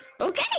okay